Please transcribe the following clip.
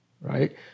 Right